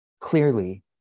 clearly